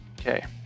okay